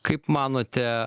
kaip manote